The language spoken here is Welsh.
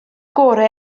gorau